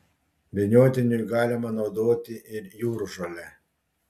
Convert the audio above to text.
vyniotiniui galima naudoti ir jūržolę